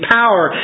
power